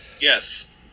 yes